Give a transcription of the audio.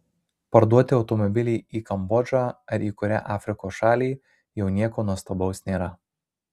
parduoti automobilį į kambodžą ar į kurią afrikos šalį jau nieko nuostabaus nėra